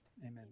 Amen